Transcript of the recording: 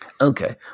Okay